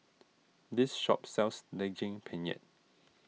this shop sells Daging Penyet